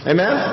Amen